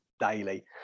daily